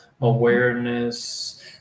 awareness